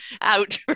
out